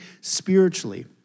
spiritually